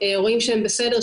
רואים שהם בסדר,